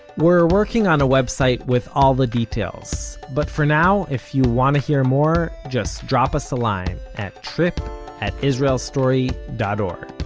we're working on a website with all the details, but for now, if you want to hear more just drop us a line at trip at israelstory dot o r